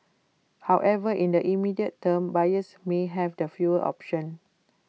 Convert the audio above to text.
however in the immediate term buyers may have the fewer options